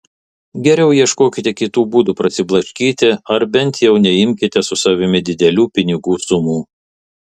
geriau ieškokite kitų būdų prasiblaškyti ar bent jau neimkite su savimi didelių pinigų sumų